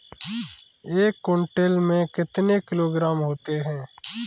एक क्विंटल में कितने किलोग्राम होते हैं?